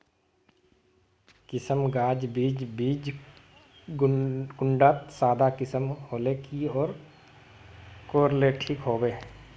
किसम गाज बीज बीज कुंडा त सादा किसम होले की कोर ले ठीक होबा?